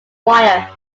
wire